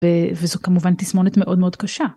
וזו כמובן תסמונת מאוד מאוד קשה.